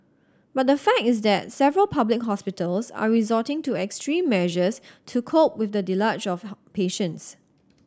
but the fact is that several public hospitals are resorting to extreme measures to cope with the deluge of patients